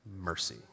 mercy